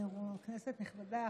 כנסת נכבדה,